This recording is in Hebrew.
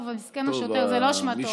טוב, מסכן השוטר, זאת לא אשמתו.